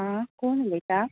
हां कोण उलयता